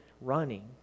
running